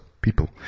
people